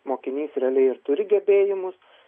mokinys realiai ir turi gebėjimus